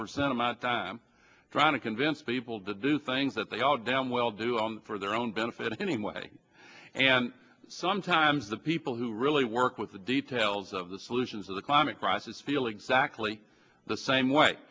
percent of my time trying to convince people to do things that they all down will do for their own benefit anyway and sometimes the people who really work with the details of the solutions of the climate crisis feel exactly the same way